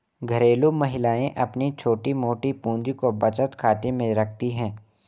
घरेलू महिलाएं अपनी छोटी मोटी पूंजी को बचत खाते में रखती है